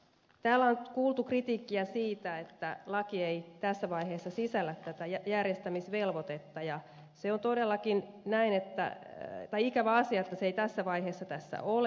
täällä on kuultu kritiikkiä siitä että laki ei tässä vaiheessa sisällä järjestämisvelvoitetta ja se on todellakin ikävä asia että se ei tässä vaiheessa tässä ole